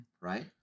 right